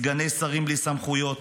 סגני שרים בלי סמכויות,